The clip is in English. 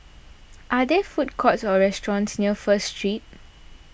are there food courts or restaurants near First Street